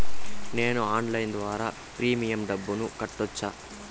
నేను ఆన్లైన్ ద్వారా ప్రీమియం డబ్బును కట్టొచ్చా?